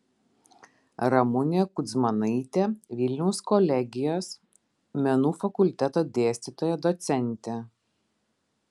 ramunė kudzmanaitė vilniaus kolegijos menų fakulteto dėstytoja docentė